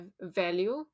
value